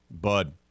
bud